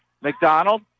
McDonald